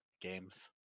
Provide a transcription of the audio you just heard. games